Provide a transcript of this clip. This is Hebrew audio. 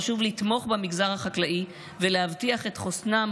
חשוב לתמוך במגזר החקלאי ולהבטיח את חוסנם